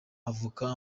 avoka